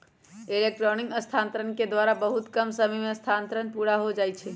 electronic स्थानान्तरण के द्वारा बहुते कम समय में स्थानान्तरण पुरा हो जाइ छइ